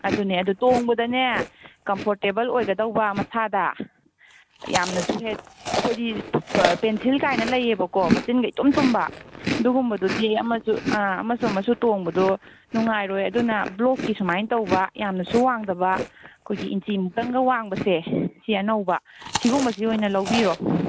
ꯑꯗꯨꯅꯦ ꯑꯗꯨ ꯇꯣꯡꯕꯗꯅꯦ ꯀꯝꯐꯣꯔꯇꯦꯕꯜ ꯑꯣꯏꯒꯗꯧꯕ ꯃꯁꯥꯗ ꯌꯥꯝꯅꯁꯨ ꯍꯦꯛ ꯑꯩꯈꯣꯏꯗꯤ ꯄꯦꯟꯁꯤꯜꯒꯥꯏꯅ ꯂꯩꯌꯦꯕꯀꯣ ꯃꯆꯤꯟꯒ ꯏꯇꯨꯝ ꯇꯨꯝꯕ ꯑꯗꯨꯒꯨꯝꯕꯗꯨꯗꯤ ꯑꯃꯁꯨ ꯑꯥ ꯑꯃꯁꯨ ꯑꯃꯁꯨ ꯇꯣꯡꯕꯗꯣ ꯅꯨꯡꯉꯥꯏꯔꯣꯏ ꯑꯗꯨꯅ ꯕ꯭ꯂꯣꯛꯀꯤ ꯁꯨꯃꯥꯏ ꯇꯧꯕ ꯌꯥꯝꯅꯁꯨ ꯋꯥꯡꯗꯕ ꯑꯩꯈꯣꯏꯒꯤ ꯏꯟꯆꯤꯃꯨꯛꯇꯪꯒ ꯋꯥꯡꯕꯁꯦ ꯁꯤ ꯑꯅꯧꯕ ꯁꯤꯒꯨꯝꯕꯖꯤ ꯑꯣꯏꯅ ꯂꯧꯕꯤꯔꯣ